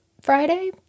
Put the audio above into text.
Friday